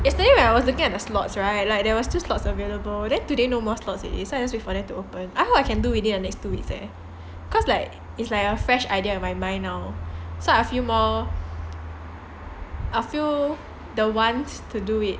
yesterday when I was looking at the slots right like there was still slots available then today no more slots available so I just waiting for them to open I hope I can do within the next two weeks leh cause like it's like a fresh idea in my mind now so I will feel more I will feel the want to do it